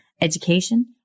education